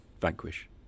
Vanquish